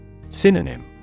Synonym